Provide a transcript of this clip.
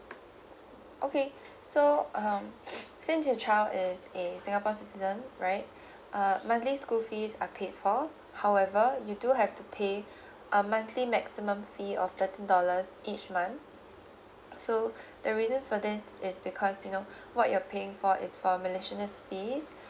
okay so um since your child is a singapore citizen right uh monthly school fees are paid for however you do have to pay a monthly maximum fee of thirteen dollars each month so the reason for this is because you know what you're paying for is for miscellaneous fees